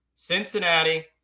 Cincinnati